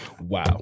wow